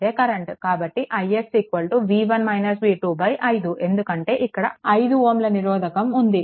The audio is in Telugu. కాబట్టి ix 5 ఎందుకంటే ఇక్కడ 5Ω నిరోధకం ఉంది